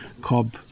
cob